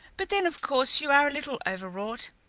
but then, of course, you are a little overwrought.